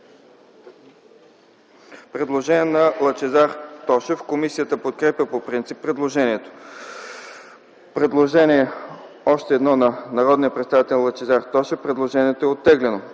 Предложението е оттеглено.